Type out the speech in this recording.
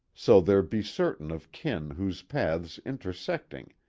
so there be certain of kin whose paths intersecting,